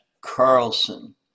Carlson